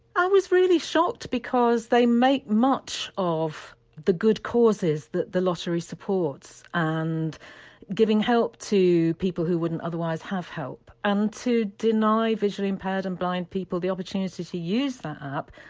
i was really shocked because they make much of the good causes that the lottery supports and giving help to people who wouldn't otherwise have help. and to deny visually impaired and blind people the opportunity to use that app